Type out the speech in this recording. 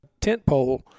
tentpole